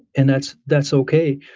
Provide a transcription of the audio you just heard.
and that's that's okay.